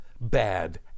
Bad